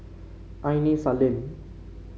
Aini Salim